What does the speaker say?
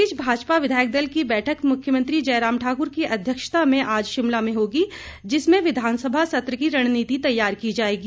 इस बीच भाजपा विधायक दल की बैठक मुख्यमंत्री जयराम ठाक्र की अध्यक्षता में आज शिमला में होगी जिसमें विधानसभा सत्र की रणनीति तैयार की जाएगी